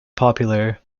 popular